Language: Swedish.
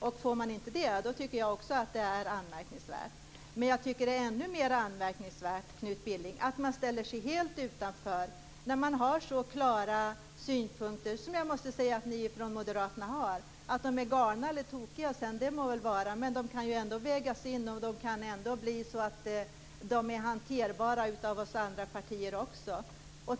Det är anmärkningsvärt om man inte får göra det. Men det är ännu mer anmärkningsvärt att ställa sig helt utanför utredningen när ni moderater har så klara synpunkter. Det må vara att de är galna. Men de kan vägas in och hanteras av de andra partierna.